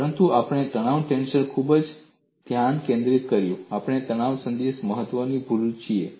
પરંતુ આપણે તણાવ ટેન્સર પર ખૂબ ધ્યાન કેન્દ્રિત કર્યું આપણે તણાવ સદીશનું મહત્વ ભૂલીએ છીએ